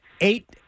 eight